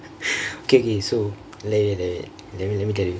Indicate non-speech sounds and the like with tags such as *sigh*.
*laughs* okay okay so like that like that let me let me tell you